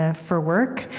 ah for work,